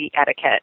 etiquette